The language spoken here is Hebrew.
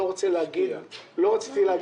לא רוצה להגיד הפקיע